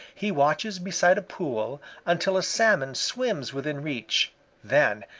he watches beside a pool until a salmon swims within reach then,